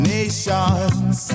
nations